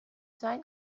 sein